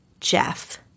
Jeff